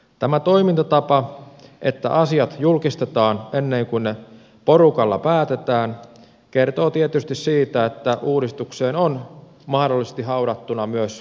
tämä toimintatapa että asiat julkistetaan ennen kuin ne porukalla päätetään kertoo tietysti siitä että uudistukseen on mahdollisesti haudattuna myös koira